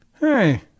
Hey